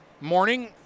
morning